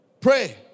Pray